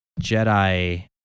Jedi